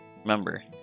Remember